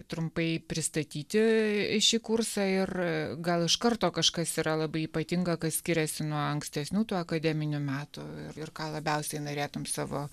trumpai pristatyti šį kursą ir gal iš karto kažkas yra labai ypatinga kas skiriasi nuo ankstesnių tų akademinių metų ir ir ką labiausiai norėtum savo